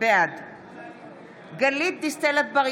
בעד גלית דיסטל אטבריאן,